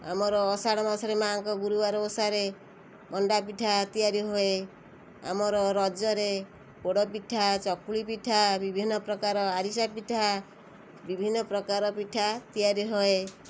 ଆମର ଅଷାଢ଼ ମାସରେ ମାଁଙ୍କ ଗୁରୁବାର ଓଷାରେ ମଣ୍ଡାପିଠା ତିଆରି ହୁଏ ଆମର ରଜରେ ପୋଡ଼ପିଠା ଚକୁଳିପିଠା ବିଭିନ୍ନ ପ୍ରକାର ଆରିସାପିଠା ବିଭିନ୍ନ ପ୍ରକାର ପିଠା ତିଆରି ହଏ